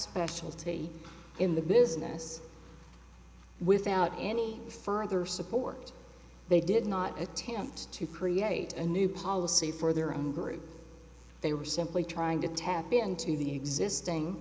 specialty in the business without any further support they did not attempt to create a new policy for their own group they were simply trying to tap into the existing